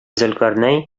зөлкарнәй